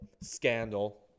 scandal